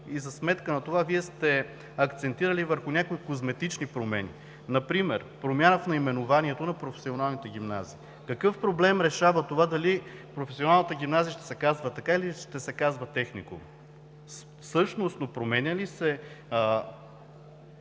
и за сметка на това Вие сте акцентирали върху някои козметични промени. Например промяна в наименованието на професионалните гимназии. Какъв проблем решава това дали професионалната гимназия ще се казва така, или ще се казва техникум? Същностно променя ли се